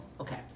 Okay